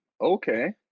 Okay